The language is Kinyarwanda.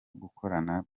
gukorana